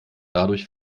dadurch